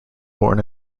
born